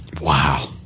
wow